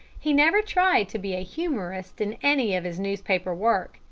he never tried to be a humorist in any of his newspaper work,